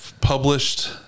published